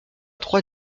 trois